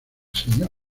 señor